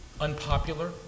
Unpopular